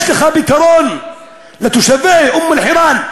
יש לך פתרון לתושבי אום-אלחיראן,